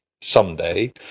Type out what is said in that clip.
someday